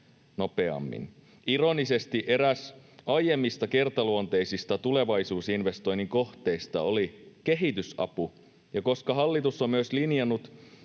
Ironisesti eräs aiemmista kertaluonteisista tulevaisuusinvestoinnin kohteista oli kehitysapu, ja koska hallitus on myös linjannut,